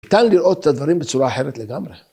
‫תן לראות את הדברים ‫בצורה אחרת לגמרי.